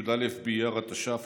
י"א באייר התש"ף,